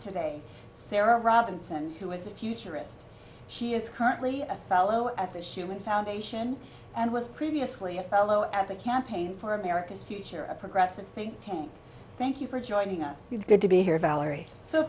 today sarah robinson who is a futurist he is currently a fellow at the human foundation and was previously a fellow at the campaign for america's future a progressive think tank thank you for joining us good to be here valerie so